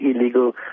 illegal